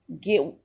get